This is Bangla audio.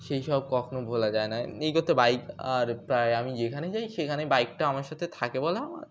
সেইসব কখনও ভোলা যায় না এই করতে বাইক আর প্রায় আমি যেখানেই যাই সেখানে বাইকটা আমার সাথে থাকে বলে আমার